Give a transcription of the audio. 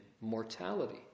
mortality